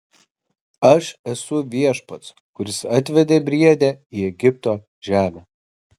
aš esu viešpats kuris atvedė briedę į egipto žemę